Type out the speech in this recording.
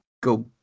go